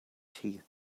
teeth